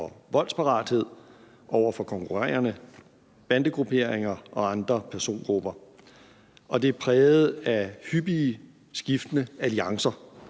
og voldsparathed over for konkurrerende bandegrupperinger og andre persongrupper. Det er også præget af hyppige skiftende alliancer,